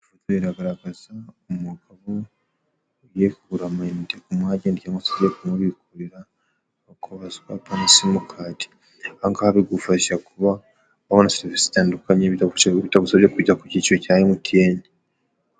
Ifoto iragaragaza umugabo Ugiyekureba amainite ku mu agenti cyangwa se ugiye kumubikurira cyangwa se kuswapa simukadi ahoha bigufasha kuba abona serivisi itandukanye bitagu bitagusabye kujya ku cyiciro cya MTN.